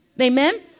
Amen